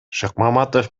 шыкмаматов